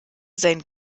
sein